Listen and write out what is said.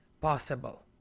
possible